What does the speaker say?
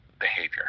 behavior